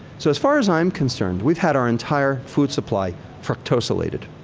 so as far as i'm concerned, we've had our entire food supply fructosilated.